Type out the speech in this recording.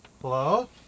Hello